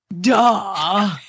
Duh